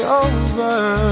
over